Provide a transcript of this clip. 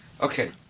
Okay